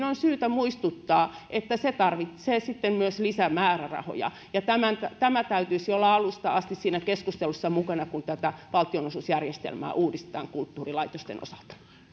on syytä muistuttaa että se tarvitsee sitten myös lisämäärärahoja tämän täytyisi olla alusta asti siinä keskustelussa mukana kun tätä valtionosuusjärjestelmää uudistetaan kulttuurilaitosten osalta